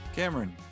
Cameron